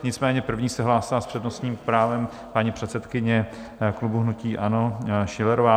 Nicméně první se hlásila s přednostním právem paní předsedkyně klubu hnutí ANO Schillerová.